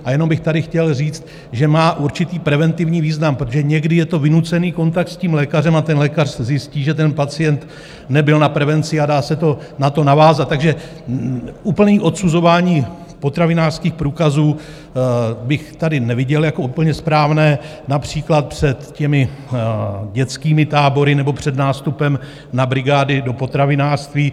A jenom bych tady chtěl říct, že má určitý preventivní význam, protože někdy je to vynucený kontakt s lékařem, a ten lékař zjistí, že ten pacient nebyl na prevenci, a dá se to na to navázat, takže úplné odsuzování potravinářských průkazů bych tady neviděl jako úplně správné, například před těmi dětskými tábory nebo před nástupem na brigády do potravinářství.